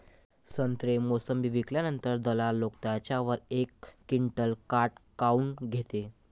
संत्रे, मोसंबी विकल्यावर दलाल लोकं त्याच्यावर एक क्विंटल काट काऊन घेते?